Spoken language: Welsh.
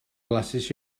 flasus